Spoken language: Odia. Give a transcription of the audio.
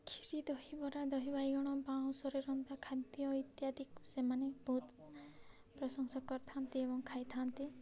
କ୍ଷୀରି ଦହିବରା ଦହି ବାଇଗଣ ବାଉଁଶରେ ରନ୍ଧା ଖାଦ୍ୟ ଇତ୍ୟାଦିକୁ ସେମାନେ ବହୁତ ପ୍ରଶଂସା କରିଥାନ୍ତି ଏବଂ ଖାଇଥାନ୍ତି